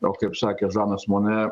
o kaip sakė žanas monė